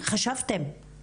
אז בכל המעטפת הזאת --- אז